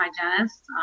hygienist